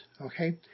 Okay